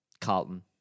Carlton